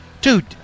dude